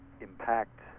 impact